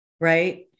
right